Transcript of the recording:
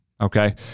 okay